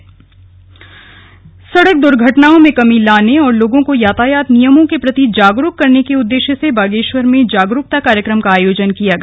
cyber crime सड़क दुर्घटनाओं में कमी लाने और लोगों को यातायात नियमों के प्रति जागरुक करने के उद्देश्य से बागेश्वर में जागरुकता कार्यक्रम का आयोजन किया गया